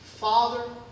Father